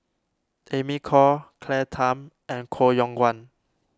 Amy Khor Claire Tham and Koh Yong Guan